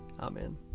Amen